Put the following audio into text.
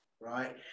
right